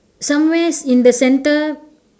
somewhere in the centre